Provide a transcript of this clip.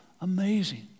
amazing